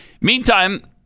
Meantime